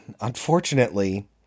unfortunately